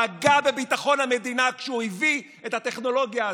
פגע בביטחון המדינה כשהוא הביא את הטכנולוגיה הזאת,